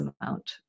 amount